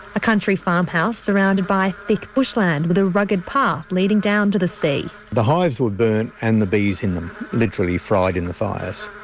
a country farmhouse surrounded by thick bushland with a rugged path leading down to the sea. the hives were burned and the bees in them, literally fried in the fires.